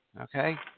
Okay